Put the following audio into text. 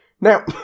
Now